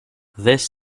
this